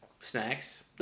snacks